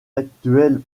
actuelles